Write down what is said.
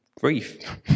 grief